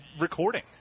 recording